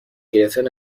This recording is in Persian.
گرفتن